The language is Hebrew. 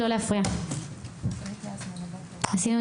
(אומרת דברים בשפת הסימנים,